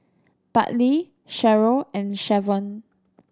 Bartley Sharyl and Shavon